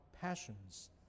passions